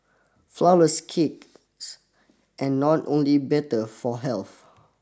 flourless cakes and not only better for health